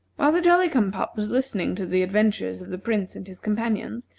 while the jolly-cum-pop was listening to the adventures of the prince and his companions,